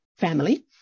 family